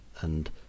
and